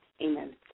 Amen